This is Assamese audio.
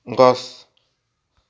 গছ